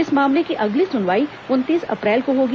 इस मामले की अगली सुनवाई उनतीस अप्रैल को होगी